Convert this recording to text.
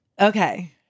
Okay